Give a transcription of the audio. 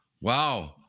Wow